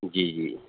جی جی